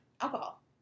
alcohol